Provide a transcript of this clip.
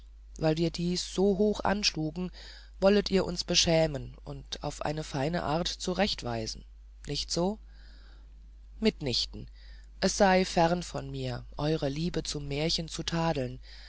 weil wir dies so hoch anschlugen wollet ihr uns beschämen und auf feine art zurechtweisen nicht so mitnichten es sei ferne von mir eure liebe zum märchen zu tadeln